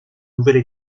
nouvelle